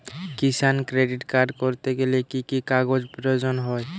কিষান credit card করতে গেলে কি কি কাগজ প্রয়োজন হয়?